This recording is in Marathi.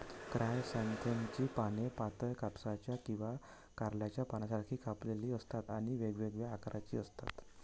क्रायसॅन्थेममची पाने पातळ, कापसाच्या किंवा कारल्याच्या पानांसारखी कापलेली असतात आणि वेगवेगळ्या आकाराची असतात